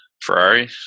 Ferrari